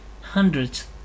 Hundreds